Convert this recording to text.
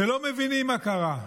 שלא מבינים מה קרה,